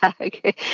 Okay